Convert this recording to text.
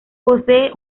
posee